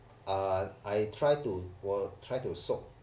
uh I try to 我 try to soak